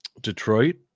Detroit